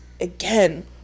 again